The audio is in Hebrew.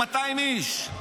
200 איש,